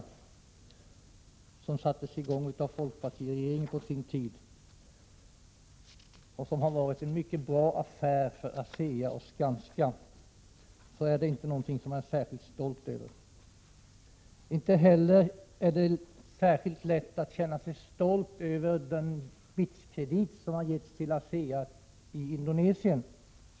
Detta sattes på sin tid i gång av folkpartiregeringen och har varit en mycket bra affär för ASEA och Skanska. Det är inte någonting som jag är särskilt stolt över. Inte heller är det särskilt lätt att känna sig glad eller stolt över den BITS-kredit som har getts till ASEA i Indonesien.